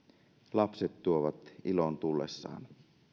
lapset tuovat ilon tullessaan